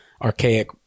archaic